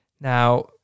Now